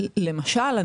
למשל.